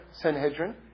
Sanhedrin